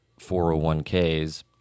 401ks